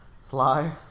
Sly